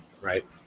right